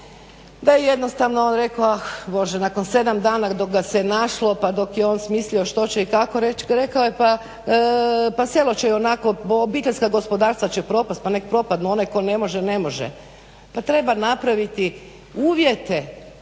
da je jednostavno on rekao ah Bože nakon 7 dana dok ga se našlo pa dok je on smislio što će i kako reći rekao je pa selo će ionako, obiteljska gospodarstva će propasti pa nek propadnu, onaj tko ne može, ne može. Pa treba napraviti uvjete